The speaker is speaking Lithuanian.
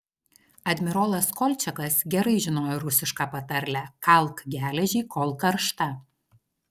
admirolas kolčiakas gerai žinojo rusišką patarlę kalk geležį kol karšta